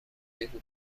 بگو